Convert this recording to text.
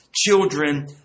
children